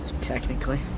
Technically